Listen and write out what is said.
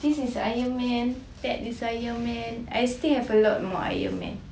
this is ironman that is ironman I still have a lot more ironman